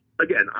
Again